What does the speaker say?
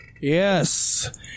Yes